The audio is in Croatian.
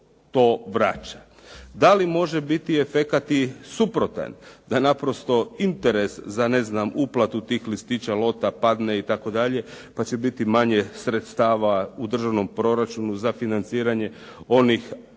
Da li može biti efekt i suprotan da naprosto interes za uplatu tih listića lota padne itd. pa će biti manje sredstava u državnom proračunu za financiranje onih